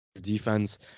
defense